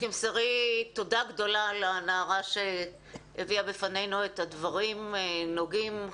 תמסרי תודה גדולה לנערה שהביאה בפנינו את הדברים הנוגעים.